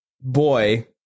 boy